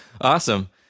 Awesome